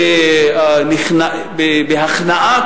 בהכנעה,